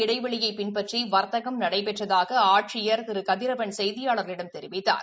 இடைவெளியை பின்பற்றி வாத்தகம் நடைபெற்றதாக ஆட்சியா சமுக திரு கதிரவன் செய்தியாள்களிடம் தெரிவித்தார்